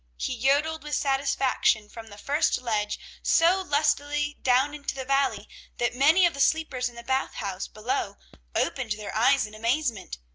he yodeled with satisfaction from the first ledge so lustily down into the valley that many of the sleepers in the bath house below opened their eyes in amazement,